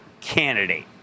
candidate